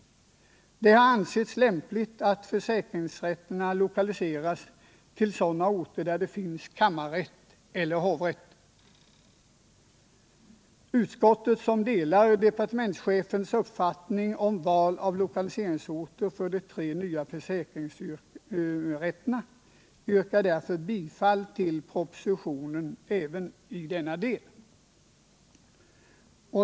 Det har ansetts lämpligt att försäkringsrätterna lokaliseras till orter där det finns kammarrätt eller hovrätt. Utskottet, som delar departementschefens uppfattning om val av lokaliseringsorter för de tre nya försäkringsrätterna, yrkar därför bifall till propositionen även i denna del.